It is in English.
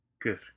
Good